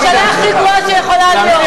הממשלה הכי גרועה שיכולה להיות.